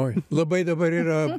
oi labai dabar yra